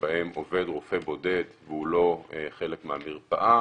שבהם עובד רופא בודד והוא לא חלק מהמרפאה,